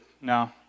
no